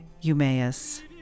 Eumaeus